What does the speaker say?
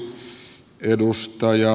arvoisa puhemies